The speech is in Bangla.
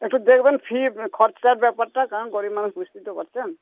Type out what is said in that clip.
একটু দেখবেন ফি খরচার ব্যাপারটা কারণ গরিব মানুষ বুঝতেই তো পারছেন